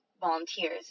volunteers